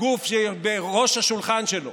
גוף שבראש השולחן שלו